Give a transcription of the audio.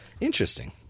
Interesting